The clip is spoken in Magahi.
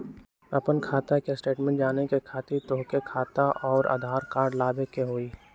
आपन खाता के स्टेटमेंट जाने खातिर तोहके खाता अऊर आधार कार्ड लबे के होइ?